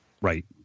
right